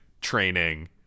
training